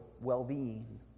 well-being